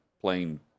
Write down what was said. playing